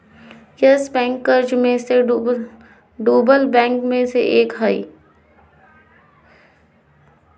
yes Bank कर्ज मे डूबल बैंक मे से एक बैंक हलय